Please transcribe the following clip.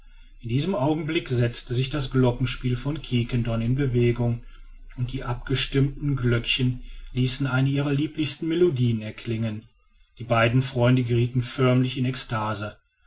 in diesem augenblick setzte sich das glockenspiel von quiquendone in bewegung und die abgestimmten glöckchen ließen eine ihrer lieblichsten melodieen erklingen die beiden freunde geriethen förmlich in extase